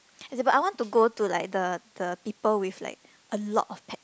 but I want to go to like the the people with like a lot of pet